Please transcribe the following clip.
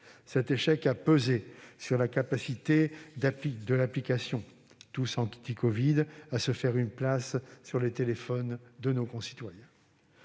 Cet échec a pesé sur la capacité de l'application TousAntiCovid à se faire une place dans les téléphones de nos concitoyens.